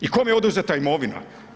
I kome je oduzeta imovina?